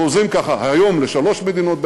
ועוזרים ככה היום לשלוש מדינות באפריקה,